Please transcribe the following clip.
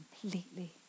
completely